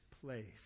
place